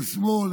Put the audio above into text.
אין שמאל,